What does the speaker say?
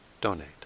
donate